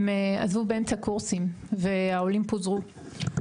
הם עזבו באמצע קורסים והעולים פוזרו.